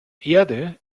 erde